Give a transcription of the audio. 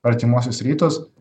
artimuosius rytus